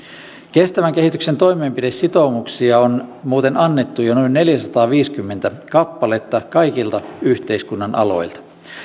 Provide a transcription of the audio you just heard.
kestävän kehityksen toimenpidesitoumuksia on muuten annettu jo noin neljäsataaviisikymmentä kappaletta kaikilta yhteiskunnan aloilta